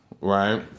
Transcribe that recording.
right